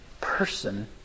person